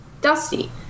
Dusty